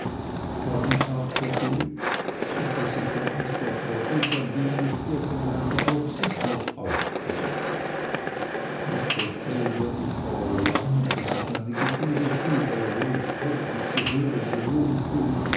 kaum ein tag vergeht ich versichere mr traddles an dem nicht irgend ein paroxismus ausbricht mr t wird nicht verlangen daß ich meine gefühle schildere wo ich täglich zu hören gewohnt bin